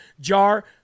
jar